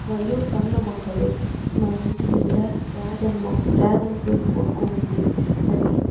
మరియు పండ్ల మొక్కలు మా ఇంటి దగ్గర డ్రాగన్ మొక్క డ్రాగన్ ఫ్రూట్ మొక్క ఉంది అది